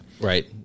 Right